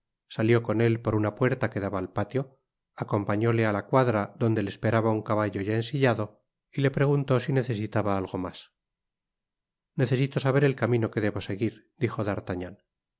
salió con él por una puerta que daba al patio acompañóle á la cuadra donde le esperaba un caballo ya ensillado y le preguntó si necesitaba algo mas necesito saber el camino que debo seguir dijo d'artagnan